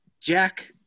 Jack